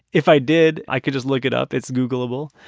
if i did, i could just look it up. it's googleable.